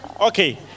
Okay